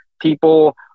people